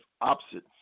opposite